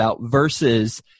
versus